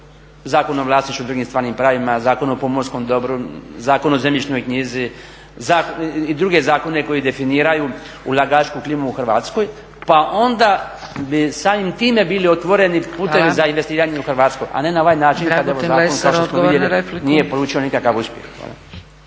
Zakon o vlasništvu i drugim stvarnim pravima, Zakon o pomorskom dobru, Zakon o zemljišnoj knjizi i druge zakone koji definiraju ulagačku klimu u Hrvatskoj, pa onda bi samim time bili otvoreni putevi za investiranje u Hrvatsku, a ne na ovaj način kad evo zakon kao što smo vidjeli nije polučio nikakav uspjeh.